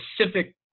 specific